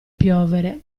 piovere